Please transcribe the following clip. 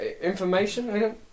Information